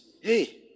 Hey